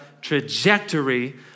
trajectory